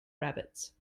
rabbits